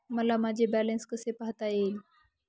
मला माझे बॅलन्स कसे पाहता येईल?